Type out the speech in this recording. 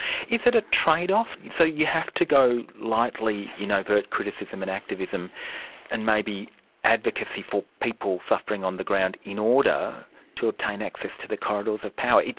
is it a trade-off? so you have to go lightly in overt criticism and activism and maybe advocacy for people suffering on the ground, in order to obtain access to the corridors of power.